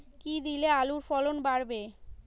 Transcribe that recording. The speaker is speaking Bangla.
কী দিলে আলুর ফলন বাড়বে?